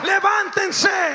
Levántense